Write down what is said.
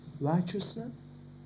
Righteousness